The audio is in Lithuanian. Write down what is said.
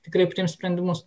tikrai priims sprendimus